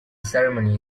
ceremony